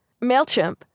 MailChimp